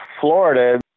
Florida